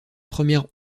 première